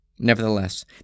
Nevertheless